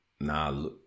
nah